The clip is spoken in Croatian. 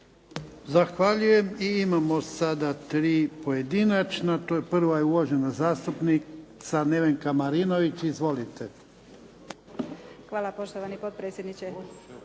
Zahvaljujem. I imamo sada tri pojedinačna. Prva je uvažena zastupnica Nevenka Marinović. Izvolite. **Marinović, Nevenka